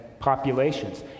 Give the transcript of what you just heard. populations